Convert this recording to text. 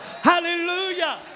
hallelujah